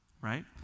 right